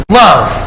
love